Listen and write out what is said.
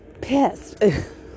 pissed